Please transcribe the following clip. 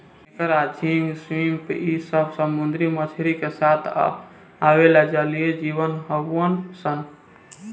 केकड़ा, झींगा, श्रिम्प इ सब समुंद्री मछली के साथ आवेला जलीय जिव हउन सन